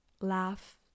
laugh